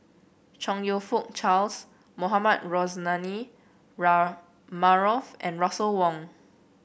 Chong You Fook Charles Mohamed Rozani Maarof and Russel Wong